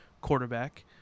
quarterback